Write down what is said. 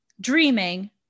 dreaming